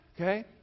Okay